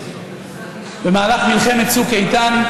במהלך מלחמת צוק איתן,